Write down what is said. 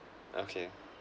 okay